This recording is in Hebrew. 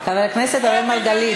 חבר הכנסת אראל מרגלית.